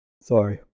sorry